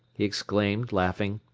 he exclaimed, laughing,